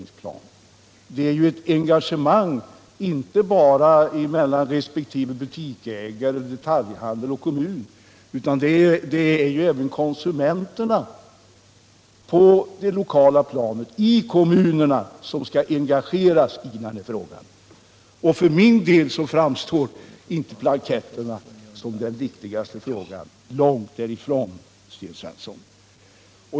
En sådan innebär ju ett engagemang inte bara mellan respektive butiksägare, detaljhandel och kommun, utan engagemanget omfattar även konsumenterna på det lokala planet, och för min del framstår inte blanketterna som det viktigaste i det sammanhanget — långt därifrån, Sten Svensson.